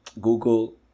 Google